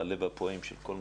התרבות והספורט של הכנסת.